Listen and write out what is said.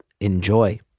enjoy